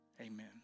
amen